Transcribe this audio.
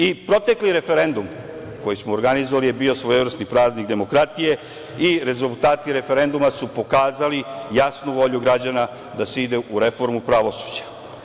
I protekli referendum koji smo organizovali je bio svojevrsni praznik demokratije i rezultati referenduma su pokazali jasnu volju građana da se ide u reformu pravosuđa.